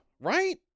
right